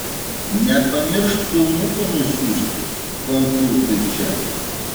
nepamiršk filmuko nusiųsti konkursui čia